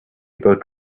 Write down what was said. about